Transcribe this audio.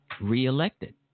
reelected